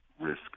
risk